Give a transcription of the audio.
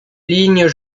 lignes